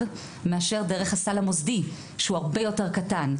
מאשר דרך הסל המוסדי שהוא הרבה יותר קטן.